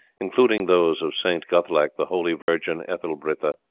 including those of st. guthlac, the holy virgin ethelbritha,